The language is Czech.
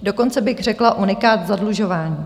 Dokonce bych řekla unikát v zadlužování.